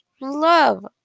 love